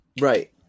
Right